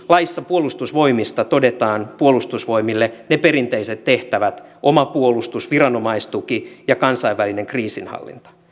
laissa puolustusvoimista todetaan puolustusvoimille ne perinteiset tehtävät oma puolustus viranomaistuki ja kansainvälinen kriisinhallinta